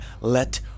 Let